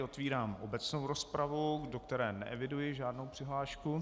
Otvírám obecnou rozpravu, do které neeviduji žádnou přihlášku.